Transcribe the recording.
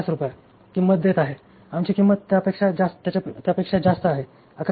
5 रुपये किंमत देत आहे आमची किंमत त्यापेक्षाजास्त आहे 11